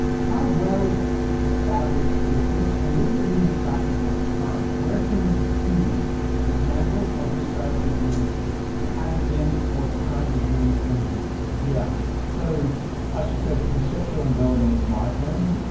how well established is this and what does it mean in practical terms? where can we see examples of this strategy having been or currently being implemented? yeah so i should say that conceptual envelopment is my term.